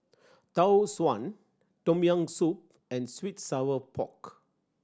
Tau Suan Tom Yam Soup and sweet sour pork